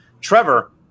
Trevor